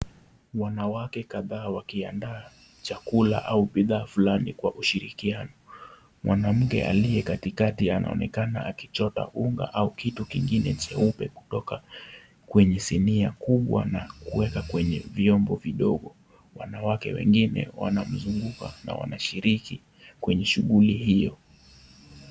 Wanawake kadhaa wakiandaa chakula au bidhaa fulani kwa ushirikiano mwanamke aliye katikati anaonekana akichota unga au kitu kingine cheupe kutoka kwenye sinia kibwa na kuweka kwenye viungo vidogo wengine wanamzunguka na wanashiriki kwenye shughuli hiyo.